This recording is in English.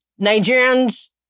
Nigerians